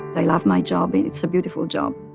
i love my job, and it's a beautiful job.